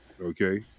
Okay